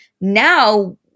Now